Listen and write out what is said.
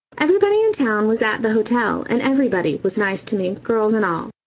everybody in town was at the hotel, and everybody was nice to me, girls and all.